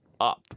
up